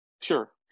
sure